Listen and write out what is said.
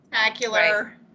spectacular